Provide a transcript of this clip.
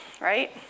right